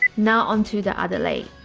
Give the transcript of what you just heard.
now onto the other leg,